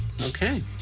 Okay